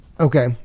Okay